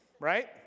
right